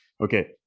okay